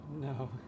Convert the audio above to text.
No